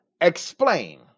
explain